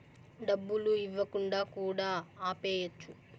డబ్బులు ఇవ్వకుండా కూడా ఆపేయచ్చు